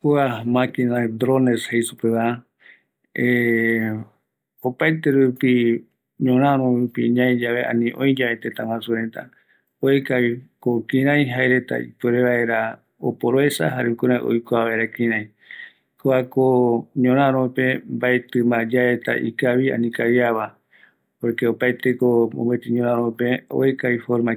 Kua teja ani drone jeiva, oïmeko yaiporukavi pegua, ëreï ñoräröpe jare ikavia tei, ëreï oeka reta viko kïraï jaerete oyoesa vaera, ñoräröpe mbaetɨma